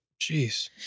Jeez